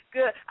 Good